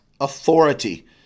authority